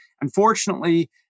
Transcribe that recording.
Unfortunately